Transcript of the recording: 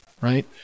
right